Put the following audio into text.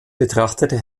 betrachtete